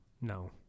no